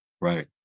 Right